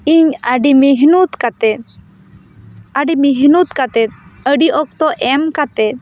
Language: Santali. ᱤᱧ ᱟᱹᱰᱤ ᱢᱮᱦᱱᱩᱛ ᱠᱟᱛᱮ ᱟᱹᱰᱤ ᱢᱮᱦᱱᱩᱛ ᱠᱟᱛᱮᱫ ᱟᱹᱰᱤ ᱚᱠᱛᱚ ᱮᱢ ᱠᱟᱛᱮ